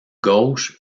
gauche